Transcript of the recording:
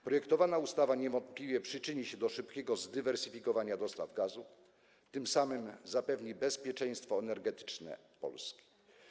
Projektowana ustawa niewątpliwie przyczyni się do szybkiego zdywersyfikowania dostaw gazu, tym samym zapewni bezpieczeństwo energetyczne Polski.